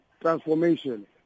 transformation